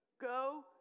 go